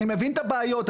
אני מבין את הבעיות,